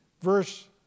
Verse